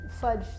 fudge